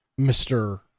Mr